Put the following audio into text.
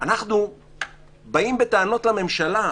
אנחנו באים בטענות לממשלה.